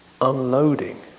unloading